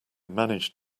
managed